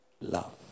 love